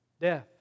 death